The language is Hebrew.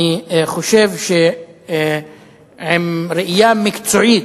אני חושב שעם ראייה מקצועית,